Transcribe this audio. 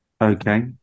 Okay